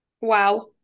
Wow